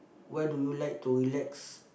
where do you like to relax